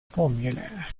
formula